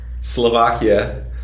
Slovakia